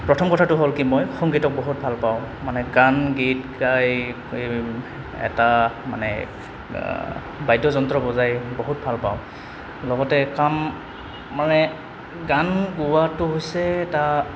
প্ৰথম কথাটো হ'ল কি মই সংগীতক বহুত ভাল পাওঁ মানে গান গীত গাই এটা মানে বাদ্যযন্ত্ৰ বজাই বহুত ভাল পাওঁ লগতে কাম মানে গান গোৱাটো হৈছে এটা